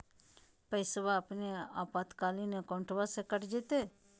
पैस्वा अपने आपातकालीन अकाउंटबा से कट जयते?